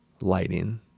lighting